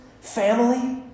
family